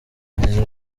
yagize